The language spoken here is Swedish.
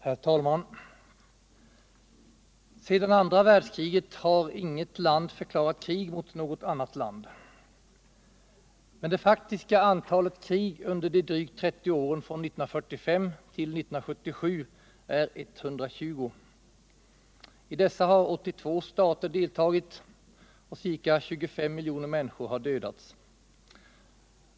Herr talman! Sedan andra världskriget har inget land förklarat krig mot något annat land. Men det faktiska antalet krig under de drygt 30 åren från 1945 till 1977 är 120. I dessa har 82 stater deltagit och ca 25 miljoner människor dödats.